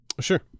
sure